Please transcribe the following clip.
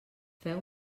feu